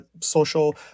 social